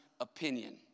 opinion